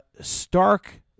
Stark